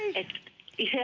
it is